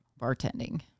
Bartending